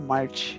March